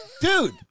Dude